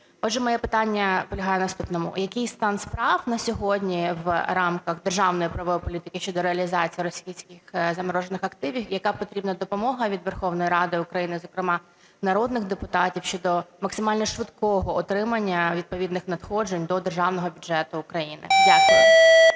Отже, моє питання полягає в наступному: який стан справ на сьогодні в рамках державної правової політики щодо реалізації російських заморожених активів? Яка потрібна допомога від Верховної Ради України, зокрема, від народних депутатів щодо максимально швидкого отримання відповідних надходжень до державного бюджету України? Дякую.